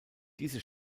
diese